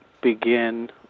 begin